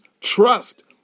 Trust